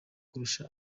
kurusha